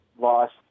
lost